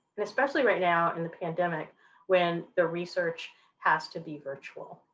and especially right now in the pandemic when the research has to be virtual.